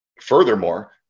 Furthermore